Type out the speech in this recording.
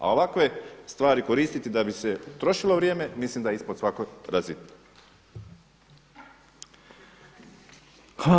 A ovakve stvari koristiti da bi se trošilo vrijeme mislim da je ispod svake razine.